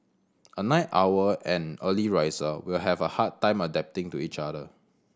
a night owl and early riser will have a hard time adapting to each other